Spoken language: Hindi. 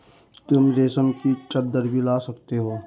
तुम रेशम की चद्दर भी ला सकती हो